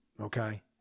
Okay